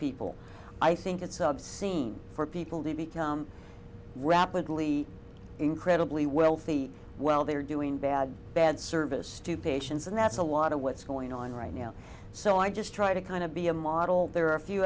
people i think it's obscene for people to become rapidly incredibly wealthy while they're doing bad bad service to patients and that's a lot of what's going on right now so i just try to kind of be a model there are a few